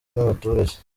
n’abaturage